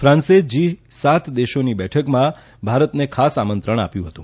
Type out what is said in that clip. ફ્રાંસે G સાત દેશોની બેઠકમાં ભારતને ખાસ આમંત્રણ આપ્યું હતું